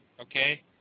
okay